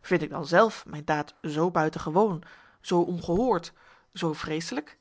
vind ik dan zelf mijn daad z buitengewoon z ongehoord z vreeselijk